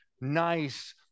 nice